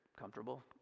comfortable